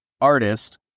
artist